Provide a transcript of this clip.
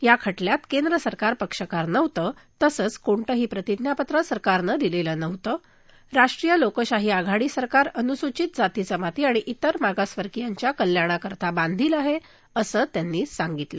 त्या खटल्यात केंद्र सरकार पक्षकार नव्हतं तसंच कोणतंही प्रतिज्ञापत्र सरकारनं दिलेलं नव्हतं राष्ट्रीय लोकशाही आघाडी सरकार अनुसूचित जाती जमाती आणि वेर मागासवर्गियांच्या कल्याणासाठी बांधील आहे असं त्यांनी सांगितलं